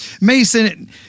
Mason